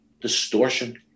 distortion